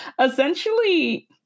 essentially